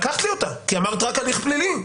כי אמרת רק הליך פלילי.